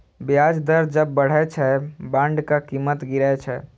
ब्याज दर जब बढ़ै छै, बांडक कीमत गिरै छै